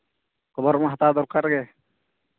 ᱠᱷᱚᱵᱚᱨ ᱢᱟ ᱦᱟᱛᱟᱣ ᱫᱚᱨᱠᱟᱨ ᱜᱮ